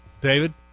David